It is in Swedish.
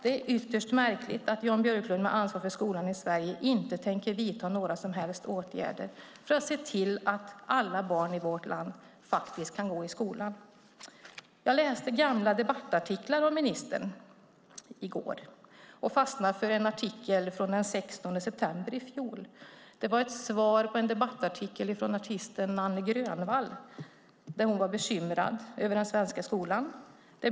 Det är ytterst märkligt att Jan Björklund, med ansvar för skolan i Sverige, inte tänker vidta några som helst åtgärder för att se till att alla barn i vårt land kan gå i skolan. Jag läste gamla debattartiklar av ministern i går och fastnade för en artikel från den 16 september i fjol. Det var ett svar på en debattartikel från artisten Nanne Grönvall där hon var bekymrad över den svenska skolan.